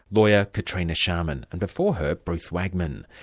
lawyer katrina sharman, and before her, bruce wagman.